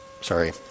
Sorry